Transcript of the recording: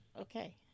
Okay